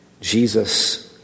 Jesus